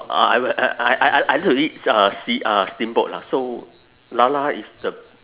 uh I will I I I I like to eat uh sea~ uh steamboat ha so 啦啦 is the